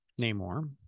Namor